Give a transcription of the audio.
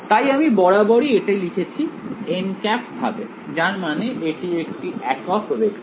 তাই আমি বরাবরই এটি লিখছি ভাবে যার মানে এটি একটি একক ভেক্টর